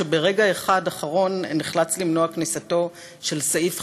שברגע אחד אחרון נחלץ למנוע כניסתו של סעיף חדש,